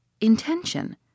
Intention